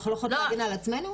אנחנו לא יכולות להגן על עצמנו?